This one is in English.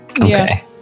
Okay